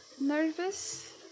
nervous